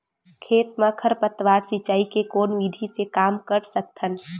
खेत म खरपतवार सिंचाई के कोन विधि से कम कर सकथन?